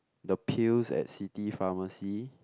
the pills at city pharmacy